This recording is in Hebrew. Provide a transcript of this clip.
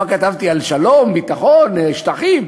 מה, כתבתי על שלום, ביטחון, שטחים?